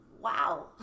wow